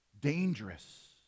Dangerous